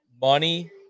money